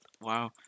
Wow